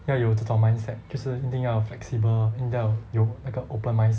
要有这种 mindset 就是一定要 flexible 一定要有那个 open mindset